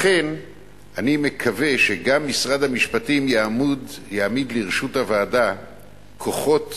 לכן אני מקווה שגם משרד המשפטים יעמיד לרשות הוועדה כוחות